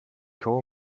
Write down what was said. call